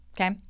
Okay